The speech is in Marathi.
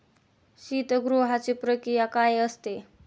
शीतगृहाची प्रक्रिया काय असते?